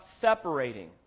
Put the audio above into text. separating